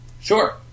Sure